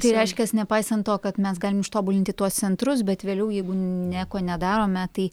tai reiškias nepaisant to kad mes galim ištobulinti tuos centrus bet vėliau jeigu nieko nedarome tai